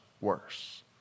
worse